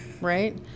right